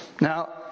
Now